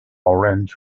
laurent